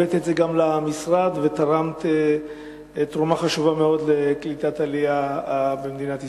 הבאת את זה גם למשרד ותרמת תרומה חשובה מאוד לקליטת עלייה במדינת ישראל.